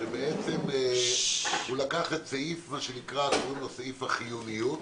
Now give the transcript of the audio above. כשבעצם הוא לקח את סעיף, מה שנקרא סעיף החיוניות,